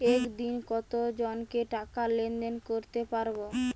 একদিন কত জনকে টাকা লেনদেন করতে পারবো?